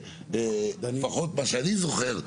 לפחות מה שאני זוכר,